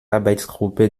arbeitsgruppe